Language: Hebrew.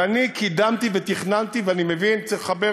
ואני קידמתי ותכננתי, ואני מבין שצריך לחבר